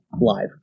live